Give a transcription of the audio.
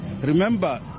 Remember